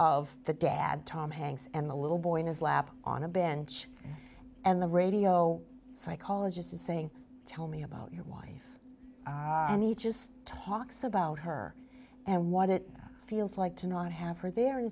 of the dad tom hanks and the little boy in his lap on a bench and the radio psychologist is saying tell me about your wife and he just talks about her and what it feels like to not have her there and